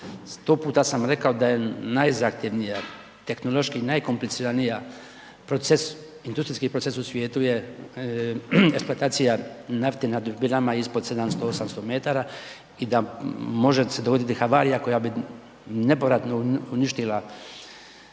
puta sam rekao da je zahtjevnije, tehnološki najkompliciraniji proces, industrijski proces u svijetu je eksploatacija nafte ispod 700, 800 m i da može se dogoditi havarija koja bi nepovratno uništila istočnu